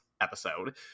episode